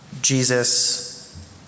Jesus